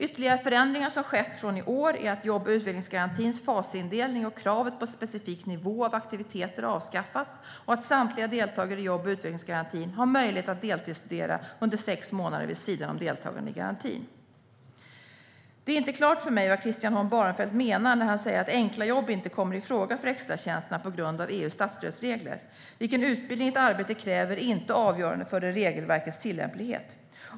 Ytterligare förändringar som skett från i år är att jobb och utvecklingsgarantins fasindelning och kravet på specifik nivå av aktiviteter avskaffats och att samtliga deltagare i jobb och utvecklingsgarantin har möjlighet att deltidsstudera under sex månader vid sidan om deltagande i garantin. Det är inte klart för mig vad Christian Holm Barenfeld menar när han säger att enkla jobb inte kommer i fråga för extratjänsterna på grund av EU:s statsstödsregler. Vilken utbildning ett arbete kräver är inte avgörande för regelverkets tillämplighet.